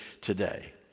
today